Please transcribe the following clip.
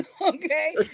okay